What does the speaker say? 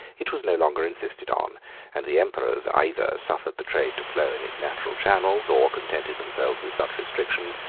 it was no longer insisted on and the emperors either suffered the trade to flow in its natural channels, or contented themselves with such restrictions,